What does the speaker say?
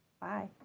Bye